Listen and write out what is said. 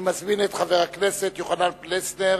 אני מזמין את חבר הכנסת יוחנן פלסנר,